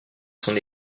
son